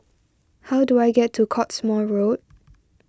how do I get to Cottesmore Road